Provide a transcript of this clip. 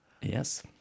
yes